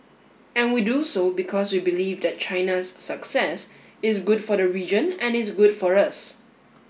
and we do so because we believe that China's success is good for the region and is good for us